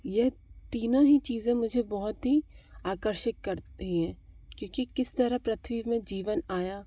यह तीनों ही चीज़ें मुझे बहुत ही आकर्षिक करती हैं क्योंकि किस तरा पृथ्वी में जीवन आया